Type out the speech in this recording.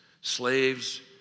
Slaves